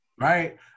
right